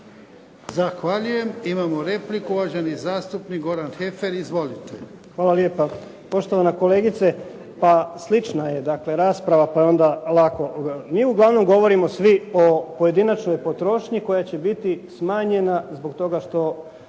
Zahvaljujem. Imamo repliku, uvaženi zastupnik Goran Heffer. Izvolite. **Heffer, Goran (SDP)** Hvala lijepa. Poštovana kolegice, pa slična je dakle rasprava pa je onda lako. Mi uglavnom govorimo svi o pojedinačnoj potrošnji koja će biti smanjenja zbog toga što